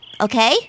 okay